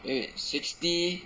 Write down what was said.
wait wait sixty